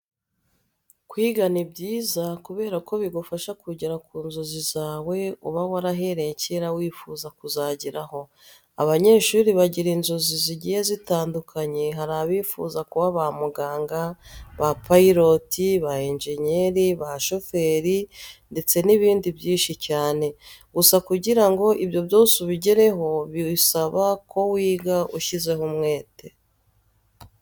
Kwiga ni byiza kubera ko bigufasha kugera ku nzozi zawe uba warahereye kera wifuza kuzageraho. Abanyeshuri bagira inzozi zigiye zitandukanye, hari abifuza kuba ba muganga, ba payiroti, ba enjenyeri, ba shoferi ndetse n'ibindi byinshi cyane. Gusa kugira ngo ibyo byose ubigereho bisaba ko wiga ushyizeho umwete.